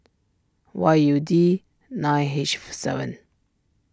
Y U D nine achieve seven